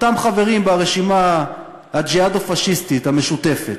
אותם חברים ברשימה הג'יהאדו-פאשיסטית המשותפת.